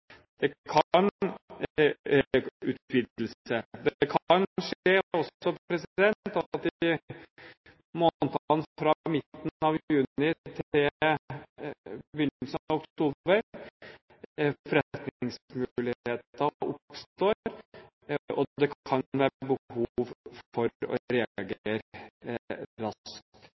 også skje at det i månedene fra midten av juni til begynnelsen av oktober oppstår forretningsmuligheter, og det kan være behov for å reagere raskt.